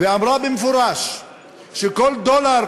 ואמרה במפורש שכל דולר,